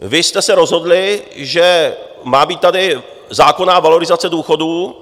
Vy jste se rozhodli, že má být tady zákonná valorizace důchodů.